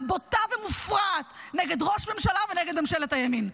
בוטה ומופרעת נגד ראש ממשלה ונגד ממשלת הימין.